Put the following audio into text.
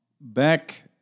back